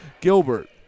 Gilbert